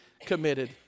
committed